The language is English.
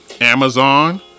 Amazon